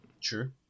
True